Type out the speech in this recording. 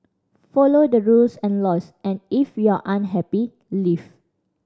follow the rules and laws and if you're unhappy leave